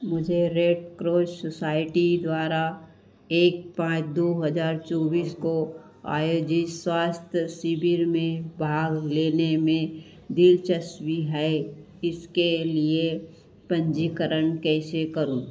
मुझे Red Cross Society द्वारा एक पाँच दो हज़ार चौबीस को आयोजित स्वास्थ्य शिविर में भाग लेने में दिलचस्पी है इसके लिए पन्जीकरण कैसे करूँ